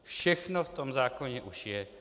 Všechno v tom zákoně už je.